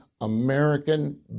American